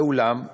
ואולם,